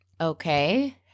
Okay